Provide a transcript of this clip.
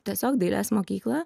tiesiog dailės mokyklą